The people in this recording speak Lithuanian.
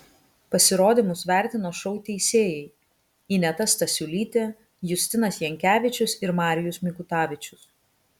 pasirodymus vertino šou teisėjai ineta stasiulytė justinas jankevičius ir marijus mikutavičius